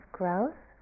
growth